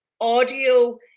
audio